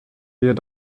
wir